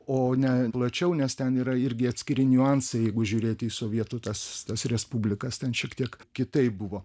o ne plačiau nes ten yra irgi atskiri niuansai jeigu žiūrėti į sovietų tas tas respublikas ten šiek tiek kitaip buvo